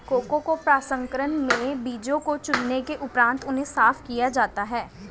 cocoa प्रसंस्करण में बीजों को चुनने के उपरांत उन्हें साफ किया जाता है